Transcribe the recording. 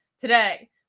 today